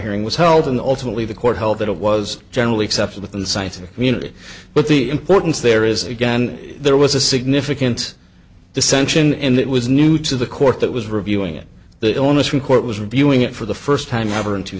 hearing was held in the ultimately the court held that it was generally accepted within the scientific community but the importance there is again there was a significant dissension and it was new to the court that was reviewing it the owners from court was reviewing it for the first time ever in two